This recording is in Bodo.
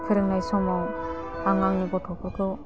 फोरोंनाय समाव आं आंनि गथ'फोरखौ